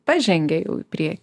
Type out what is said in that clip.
pažengė jau į priekį